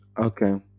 Okay